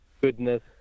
Goodness